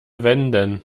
wenden